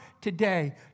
today